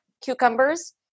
cucumbers